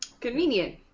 Convenient